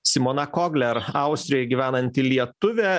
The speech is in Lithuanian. simona kogler austrijoj gyvenanti lietuvė